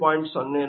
ಅದು 0